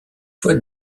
fois